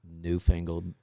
newfangled